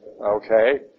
Okay